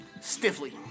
Stiffly